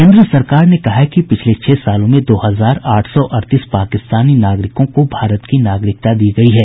केन्द्र सरकार ने कहा है कि पिछले छह सालों में दो हजार आठ सौ अड़तीस पाकिस्तानी नागरिकों को भारत की नागरिकता दी गयी है